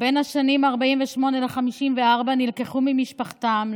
בשנים 1948 1954 הם נלקחו ממשפחותיהם,